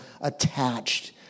attached